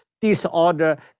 disorder